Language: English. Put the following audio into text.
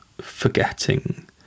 forgetting